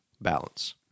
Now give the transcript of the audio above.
balance